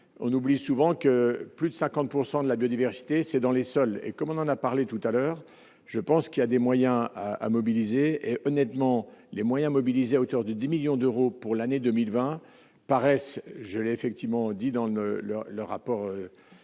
on oublie souvent que plus de 50 pourcent de la biodiversité, c'est dans les sols et comme on en a parlé tout à l'heure, je pense qu'il y a des moyens à à mobiliser et honnêtement les moyens mobilisés à hauteur de 10 millions d'euros pour l'année 2020 paraissent je l'ai effectivement dit dans le leur,